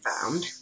found